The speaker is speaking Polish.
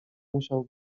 musiał